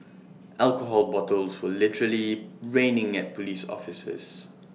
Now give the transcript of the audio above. alcohol bottles were literally raining at Police officers